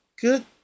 good